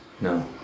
No